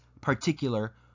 particular